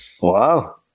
Wow